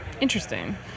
Interesting